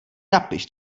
napiš